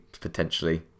potentially